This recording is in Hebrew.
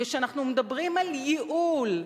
כשאנחנו מדברים על "ייעול",